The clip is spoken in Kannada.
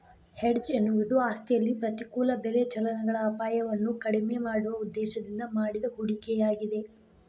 ಹೆಡ್ಜ್ ಎನ್ನುವುದು ಆಸ್ತಿಯಲ್ಲಿ ಪ್ರತಿಕೂಲ ಬೆಲೆ ಚಲನೆಗಳ ಅಪಾಯವನ್ನು ಕಡಿಮೆ ಮಾಡುವ ಉದ್ದೇಶದಿಂದ ಮಾಡಿದ ಹೂಡಿಕೆಯಾಗಿದೆ